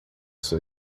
sua